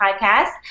podcast